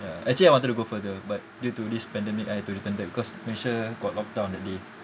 ya actually I wanted to go further but due to this pandemic I had to return back because Malaysia got lock down that day